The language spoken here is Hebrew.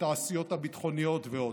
התעשיות הביטחוניות ועוד.